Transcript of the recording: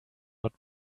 not